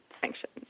sanctions